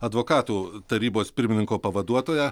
advokatų tarybos pirmininko pavaduotoją